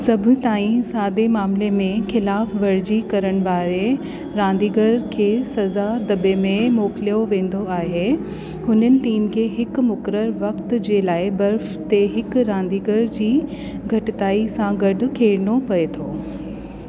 सभु ताईं सादे मामले में खिलाफ वर्जी करण वारे रांदीगर खे सज़ा दब्बे में मोकिलियो वेंदो आहे हुननि टीम खे हिकु मुक़रर वक्त जे लाइ बर्फ ते हिकु रांदीगर जी घटिताई सां गॾु खेॾणो पए थो